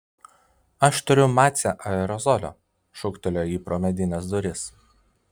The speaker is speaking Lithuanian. aš turiu mace aerozolio šūktelėjo ji pro medines duris